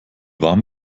warm